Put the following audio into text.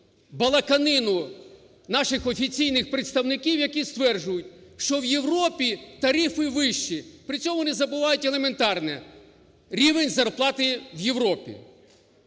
балаканину наших офіційних представників, які стверджують, що в Європі тарифи вищі. При цьому вони забувають елементарне: рівень зарплати в Європі.